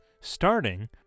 starting